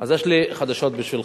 אז יש לי חדשות בשבילך.